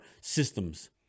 systems